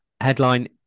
headline